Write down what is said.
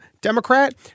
Democrat